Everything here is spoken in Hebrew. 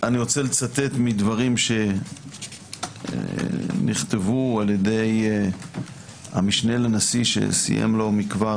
אני רוצה לצטט מדברים שנכתבו על ידי המשנה לנשיא שסיים לא מכבר,